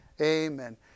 Amen